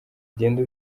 ugenda